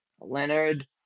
Leonard